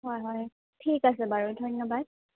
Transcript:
হয় হয় ঠিক আছে বাৰু ধন্যবাদ